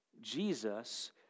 Jesus